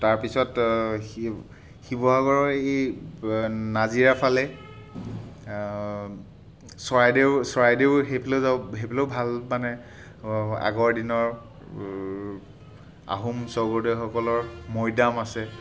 তাৰপিছত শি শিৱসাগৰৰ এই নাজিৰাৰ ফালে চৰাইদেউ চৰাইদেউৰ সেইফালে যাব সেইফালেও ভাল মানে আগৰ দিনৰ আহোম স্বৰ্গদেউসকলৰ মৈদাম আছে